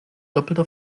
doppelter